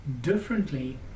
differently